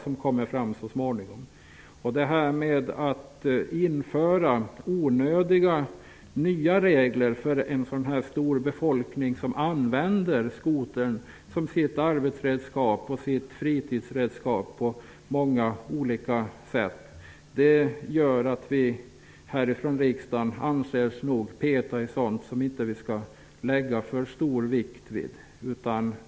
När vi här i riksdagen inför onödiga nya regler för den stora befolkningen som använder skoter som fritidsredskap och arbetsredskap, anser nog många att vi petar i sådant som vi inte skall lägga för stor vikt vid.